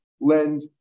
lend